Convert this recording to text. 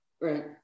Right